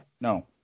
No